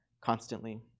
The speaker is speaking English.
constantly